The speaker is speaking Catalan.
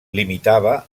limitava